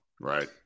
Right